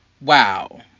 Wow